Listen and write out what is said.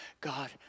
God